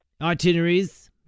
itineraries